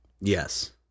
Yes